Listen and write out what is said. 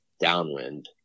downwind